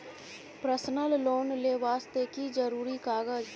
Personal loan ले वास्ते की जरुरी कागज?